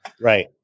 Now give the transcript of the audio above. right